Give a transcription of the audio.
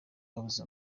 abuze